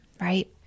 right